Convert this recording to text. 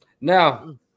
Now